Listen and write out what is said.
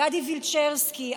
גדי וילצ'רסקי,